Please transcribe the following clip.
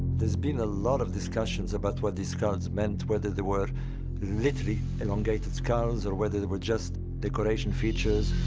there's been a lot of discussions about what these skulls meant, whether they were literally elongated skulls or whether they were just decoration features.